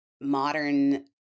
modern